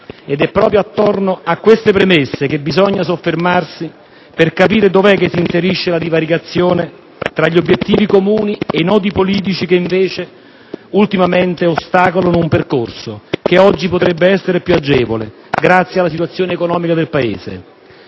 Ed è proprio intorno a queste premesse che bisogna soffermarsi per capire dov'è che si inserisce la divaricazione tra gli obiettivi comuni e i nodi politici che invece ultimamente ostacolano un percorso che oggi potrebbe essere più agevole grazie alla situazione economica del Paese.